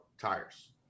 tires